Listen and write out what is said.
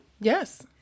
Yes